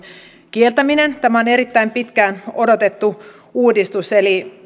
kieltäminen tämä on erittäin pitkään odotettu uudistus eli